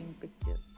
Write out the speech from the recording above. pictures